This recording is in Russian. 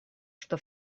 что